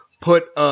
put